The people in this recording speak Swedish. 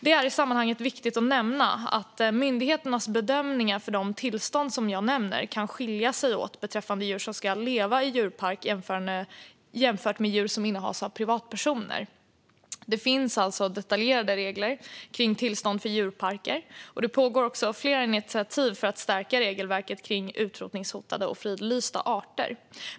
Det är i sammanhanget viktigt att nämna att myndigheternas bedömningar för de tillstånd som jag nämner kan skilja sig åt beträffande djur som ska leva i djurpark jämfört med djur som innehas av privatpersoner. Det finns alltså detaljerade regler kring tillstånd för djurparker. Det pågår också flera initiativ för att stärka regelverket kring utrotningshotade och fridlysta arter.